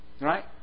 Right